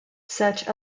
such